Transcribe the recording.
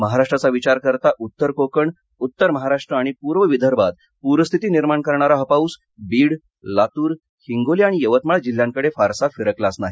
महाराष्ट्राचा विचार करता उत्तर कोकण उत्तर महाराष्ट्र आणि पूर्व विदर्भात पूरस्थिती निर्माण करणारा हा पाऊस बीड लातूर हिंगोली आणि यवतमाळ जिल्ह्यांकडे फारसा फिरकलाच नाही